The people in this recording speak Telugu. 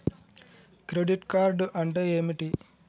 క్రెడిట్ కార్డ్ అంటే ఏమిటి?